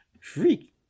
Freak